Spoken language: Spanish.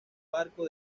barco